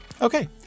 Okay